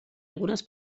algunes